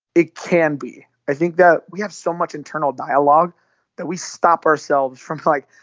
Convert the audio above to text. it can be. i think that we have so much internal dialogue that we stop ourselves from, like,